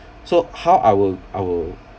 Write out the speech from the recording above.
so how I'll I'll